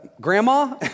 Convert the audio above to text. grandma